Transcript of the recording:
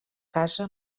casa